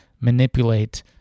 manipulate